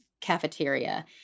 cafeteria